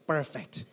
Perfect